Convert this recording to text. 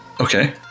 Okay